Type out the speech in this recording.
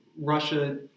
Russia